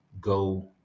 go